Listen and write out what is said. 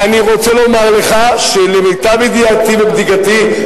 ואני רוצה לומר לך שלמיטב ידיעתי ובדיקתי,